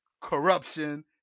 corruption